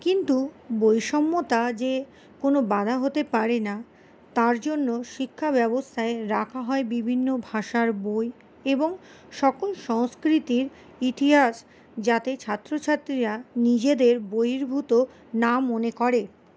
কিন্তু বৈষম্যতা যে কোনো বাঁধা হতে পারে না তার জন্য শিক্ষা ব্যবস্থায় রাখা হয় বিভিন্ন ভাষার বই এবং সকল সংস্কৃতির ইতিহাস যাতে ছাত্রছাত্রীরা নিজেদের বহির্ভূত না মনে করে